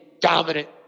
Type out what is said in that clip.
dominant